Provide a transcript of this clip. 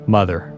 Mother